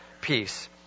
peace